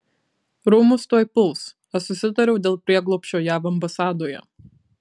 rūmus tuoj puls aš susitariau dėl prieglobsčio jav ambasadoje